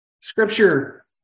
Scripture